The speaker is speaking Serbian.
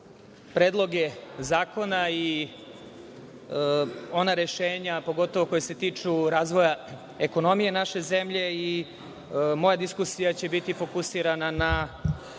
predloge zakona i ona rešenja, pogotovo koja se tiču razvoja ekonomije naše zemlje, i moja diskusija će biti fokusirana na